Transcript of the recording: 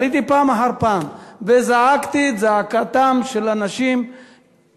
עליתי פעם אחר פעם וזעקתי את זעקתם של אנשים בנושא